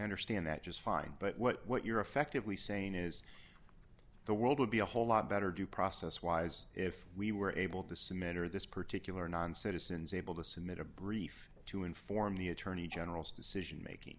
understand that just fine but what you're effectively saying is the world would be a whole lot better due process wise if we were able to cement or this particular non citizens able to submit a brief to inform the attorney general's decision making